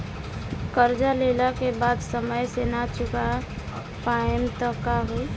कर्जा लेला के बाद समय से ना चुका पाएम त का होई?